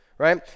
right